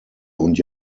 und